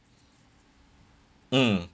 mm